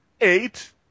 eight